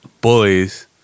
bullies